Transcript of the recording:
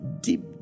deep